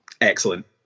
excellent